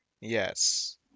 Yes